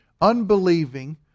unbelieving